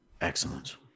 excellence